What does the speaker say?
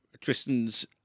Tristan's